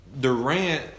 Durant –